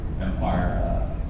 empire